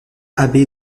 abbé